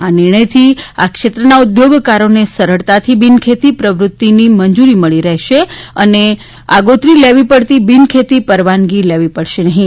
આ નિર્ણયથી આ ક્ષેત્રના ઉદ્યોગકારોને સરળતાથી બિનખેતી પ્રવૃત્તિની મંજૂરી મળી રહેશે અને આગોતરી લેવી પડતી બિનખેતી પરવાનગી લેવી પડશે નહીં